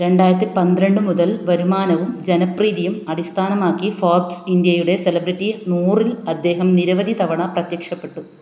രണ്ടായിരത്തി പന്ത്രണ്ട് മുതൽ വരുമാനവും ജനപ്രീതിയും അടിസ്ഥാനമാക്കി ഫോർബ്സ് ഇന്ത്യയുടെ സെലിബ്രിറ്റി നൂറിൽ അദ്ദേഹം നിരവധി തവണ പ്രത്യക്ഷപ്പെട്ടു